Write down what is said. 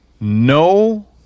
no